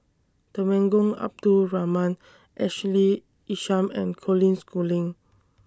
Temenggong Abdul Rahman Ashley Isham and Colin Schooling